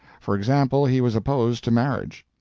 for example, he was opposed to marriage.